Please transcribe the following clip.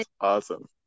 awesome